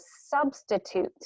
substitute